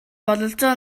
бололцоо